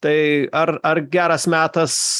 tai ar ar geras metas